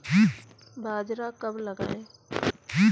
बाजरा कब लगाएँ?